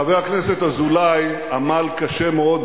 חבר הכנסת אזולאי עמל קשה מאוד,